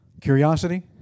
curiosity